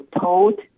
told